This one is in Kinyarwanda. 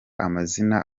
amazina